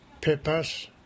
peppers